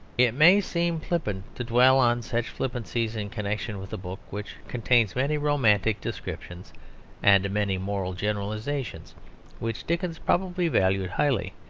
it may seem flippant to dwell on such flippancies in connection with a book which contains many romantic descriptions and many moral generalisations which dickens probably valued highly.